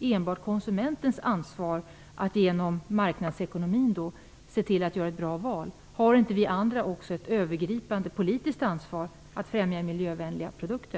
enbart konsumentens ansvar att, i enlighet med marknadsekonomin, se till att göra ett bra val? Har inte också vi andra ett övergripande politiskt ansvar att främja miljövänliga produkter?